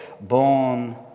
Born